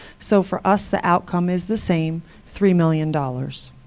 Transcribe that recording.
so for us, the outcome is the same three million dollars.